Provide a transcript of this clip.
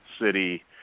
City